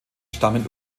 stammen